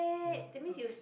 ya uh